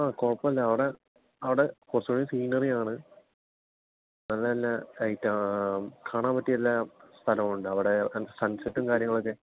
ആ കുഴപ്പില്ല അവിടെ അവിടെ കുറച്ച് കൂടി സീനറി ആണ് അത് നല്ല സൈറ്റ് കാണാൻ പറ്റിയ നല്ല സ്ഥലം ഉണ്ട് അവിടെ സൺസെറ്റും കാര്യങ്ങളൊക്കെ